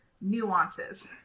nuances